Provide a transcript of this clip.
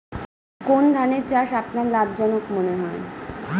কোন ধানের চাষ আপনার লাভজনক মনে হয়?